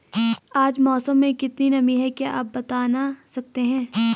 आज मौसम में कितनी नमी है क्या आप बताना सकते हैं?